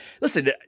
listen